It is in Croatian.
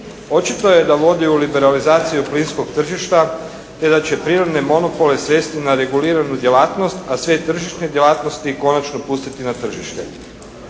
Očito je da vodi u liberalizaciju plinskog tržišta te da će prirodne monopole svesti na reguliranu djelatnost a sve tržišne djelatnosti konačno pustiti na tržište.